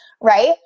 right